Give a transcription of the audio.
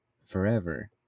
forever